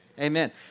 Amen